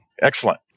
Excellent